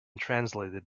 translated